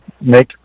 make